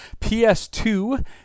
PS2